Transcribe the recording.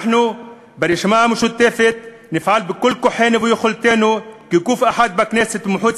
אנחנו ברשימה המשותפת נפעל בכל כוחנו ויכולתנו כגוף אחד בכנסת ומחוץ